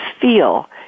feel